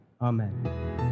Amen